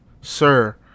sir